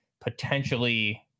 potentially